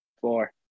four